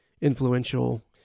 influential